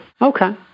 Okay